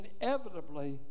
inevitably